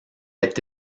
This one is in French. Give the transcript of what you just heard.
est